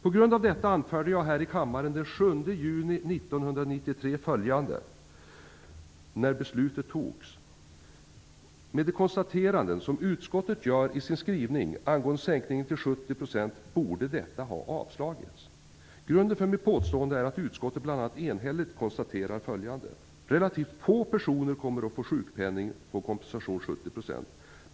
På grund av detta anförde jag här i kammaren den 7 juni 1993, när beslutet fattades, följande: Med de konstateranden som utskottet gör i sin skrivning angående sänkningen till 70 % borde detta ha avslagits. Grunden för mitt påstående är att utskottet bl.a. enhälligt konstaterar följande: - Relativt få personer kommer att få sjukpenning på kompensationsnivån 70 %.